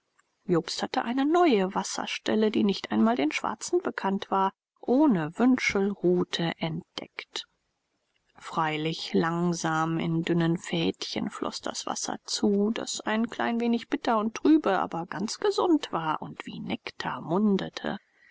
jobst hatte eine neue wasserstelle die nicht einmal den schwarzen bekannt war ohne wünschelrute entdeckt freilich langsam in dünnen fädchen floß das wasser zu das ein klein wenig bitter und trübe aber ganz gesund war und wie nektar mundete